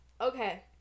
Okay